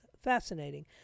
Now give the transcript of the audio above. fascinating